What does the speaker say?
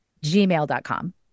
gmail.com